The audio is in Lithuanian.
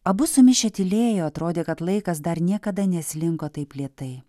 abu sumišę tylėjo atrodė kad laikas dar niekada neslinko taip lėtai